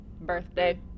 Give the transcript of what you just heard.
Birthday